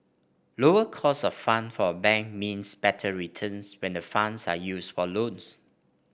lower cost of fund for a bank means better returns when the funds are used for loans